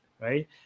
right